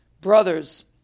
brothers